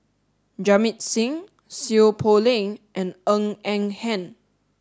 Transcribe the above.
Jamit Singh Seow Poh Leng and Eng N Hen